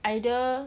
either